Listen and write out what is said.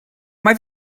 mae